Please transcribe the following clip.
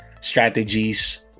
strategies